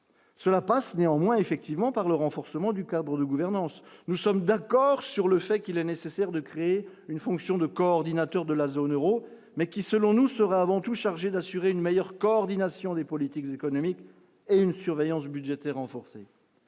Cela passe néanmoins effectivement par le renforcement du Cadre de gouvernance, nous sommes d'accord sur le fait qu'il est nécessaire de créer une fonction de coordinateur de la zone Euro mais qui selon nous serait avant tout chargée d'assurer une meilleure coordination des politiques économiques et une surveillance budgétaire renforcée,